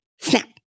Snap